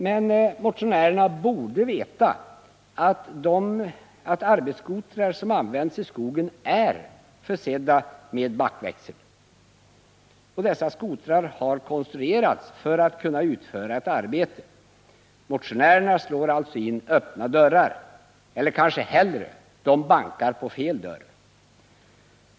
Men motionärerna borde veta att arbetsskotrar som används i skogen är försedda med backväxel, och dessa skotrar har konstruerats för att kunna utföra ett arbete. Motionärerna slår alltså in öppna dörrar, eller kanske hellre: de - bankar på fel dörr.